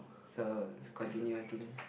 so is continue I think